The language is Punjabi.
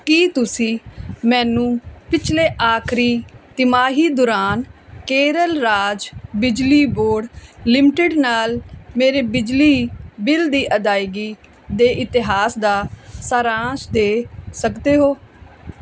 ਕੀ ਤੁਸੀਂ ਮੈਨੂੰ ਪਿਛਲੇ ਆਖਰੀ ਤਿਮਾਹੀ ਦੌਰਾਨ ਕੇਰਲ ਰਾਜ ਬਿਜਲੀ ਬੋਰਡ ਲਿਮਟਿਡ ਨਾਲ ਮੇਰੇ ਬਿਜਲੀ ਬਿੱਲ ਦੀ ਅਦਾਇਗੀ ਦੇ ਇਤਿਹਾਸ ਦਾ ਸਾਰਾਂਸ਼ ਦੇ ਸਕਦੇ ਹੋ